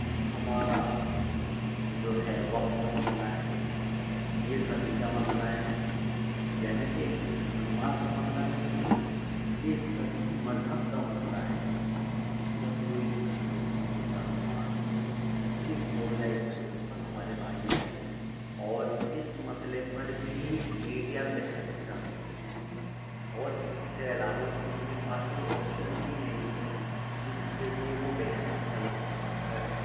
ہمارا جو ہے وقت کا مسئلہ ہے یہ سبھی کا مسئلہ ہے یعنی کہ مسلمان کا مسئلہ نہیں ہے یہ سبھی مذہب کا مسئلہ ہے اس میں کوئی ہندو ہو مسلمان ہو سکھ ہو یا عیسائی ہو سب ہمارے بھائی ہیں اور اس مسئلے پر بھی میڈیا بحث کرتی ہے اور اس سے علاوہ ان کے پاس کوئی آپشنس ہی نہیں ہیں جس سے کہ وہ بحث کر کریں